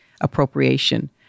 appropriation